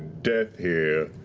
death here,